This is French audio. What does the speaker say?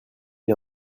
est